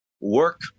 work